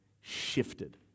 shifted